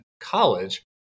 college